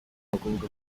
abakobwa